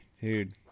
dude